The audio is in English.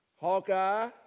Hawkeye